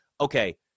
Okay